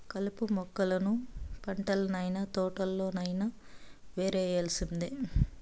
కలుపు మొక్కలను పంటల్లనైన, తోటల్లోనైన యేరేయాల్సిందే